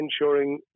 ensuring